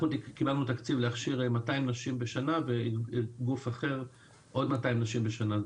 אנחנו קיבלנו תקציב להכשיר 200 נשים בשנה וגוף אחר עוד 200 נשים בשנה.